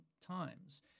times